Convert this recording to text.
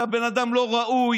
אתה בן אדם לא ראוי,